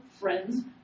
friends